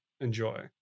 enjoy